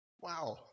Wow